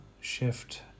shift